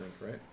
right